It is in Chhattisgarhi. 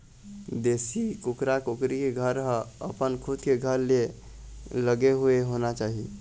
देशी कुकरा कुकरी के घर ह अपन खुद के घर ले लगे हुए होना चाही